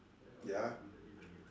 ya